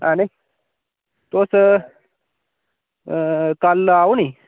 हैनी तुस कल आओ नी